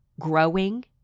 growing